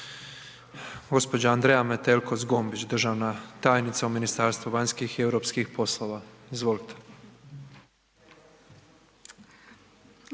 Gđa. Andreja Metelko Zgombić, državna tajnica u Ministarstvu vanjskih i europskih poslova, izvolite.